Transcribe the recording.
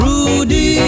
Rudy